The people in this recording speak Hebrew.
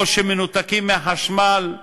או שמנותקים מהחשמל,